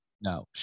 No